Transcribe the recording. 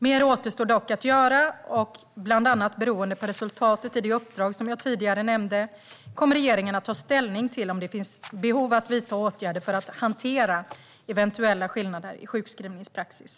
Mer återstår dock att göra, och bland annat beroende på resultatet i det uppdrag som jag tidigare nämnde kommer regeringen att ta ställning till om det finns behov av att vidta åtgärder för att hantera eventuella skillnader i sjukskrivningspraxis.